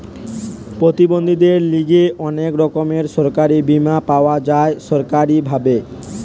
প্রতিবন্ধীদের লিগে অনেক রকমের সরকারি বীমা পাওয়া যায় সরকারি ভাবে